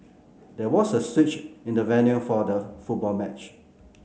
there was a switch in the venue for the football match